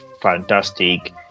fantastic